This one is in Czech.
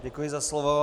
Děkuji za slovo.